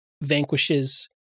vanquishes